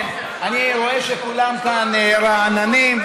אני רואה שכולם פה רעננים.